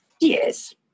Yes